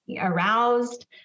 aroused